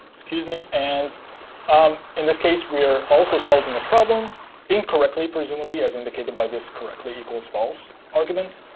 excuse me. and um in this case, we're also solving a problem incorrectly, presumably, as indicated by this correctly equals false argument.